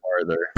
farther